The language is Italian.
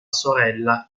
sorella